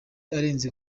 arenze